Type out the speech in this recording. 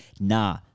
nah